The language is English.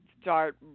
start